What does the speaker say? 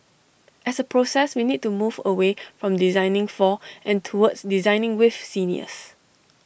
as A process we need to move away from designing for and towards designing with seniors